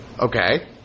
Okay